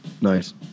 Nice